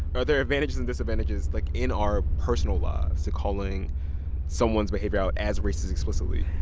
are there advantages and disadvantages, like, in our personal lives to calling someone's behavior out as racist explicitly?